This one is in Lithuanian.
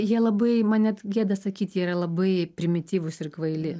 jie labai man net gėda sakyt jie yra labai primityvūs ir kvaili